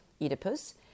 Oedipus